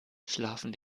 schlafen